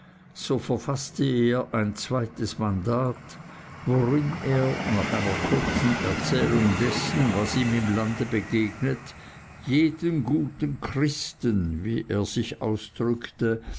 so verfaßte er ein zweites mandat worin er nach einer kurzen erzählung dessen was ihm im lande begegnet jeden guten christen wie er sich ausdrückte